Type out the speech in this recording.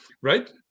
right